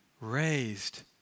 raised